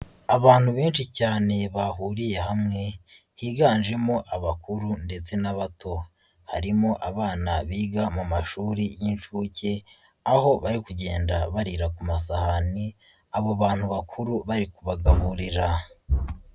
Abantu benshi cyane bahuriye hamwe, higanjemo abakuru ndetse n'abato, harimo abana biga mu mashuri y'inshuke, aho bari kugenda barira ku masahani abo bantu bakuru bari kubagaburira.